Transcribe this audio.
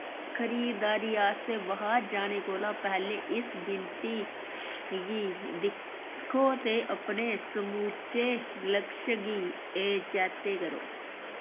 खरीद दारी आस्तै बाह्र जाने कोला पैह्लें इस गिनती गी दिक्खो ते अपने समूचे लक्ष गी ए चैते करो